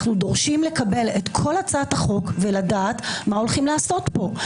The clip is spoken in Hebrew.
אנחנו דורשים לקבל את כל הצעת החוק ולדעת מה הולכים לעשות פה,